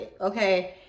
okay